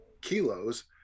kilos